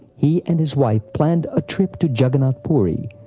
he and his wife planned a trip to jagannath puri,